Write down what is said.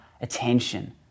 attention